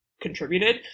contributed